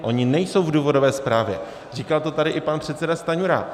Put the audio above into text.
Ona nejsou v důvodové zprávě, říkal to tady i pan předseda Stanjura.